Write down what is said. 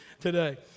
today